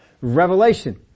Revelation